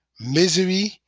misery